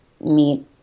meet